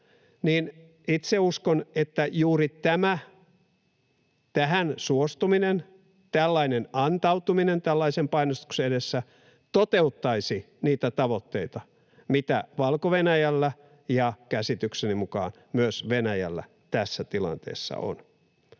siellä edelleen esimerkiksi Saksaan, tällainen antautuminen tällaisen painostuksen edessä, toteuttaisi niitä tavoitteita, mitä Valko-Venäjällä ja käsitykseni mukaan myös Venäjällä tässä tilanteessa on.